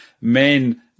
men